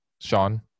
Sean